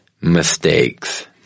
mistakes